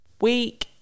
week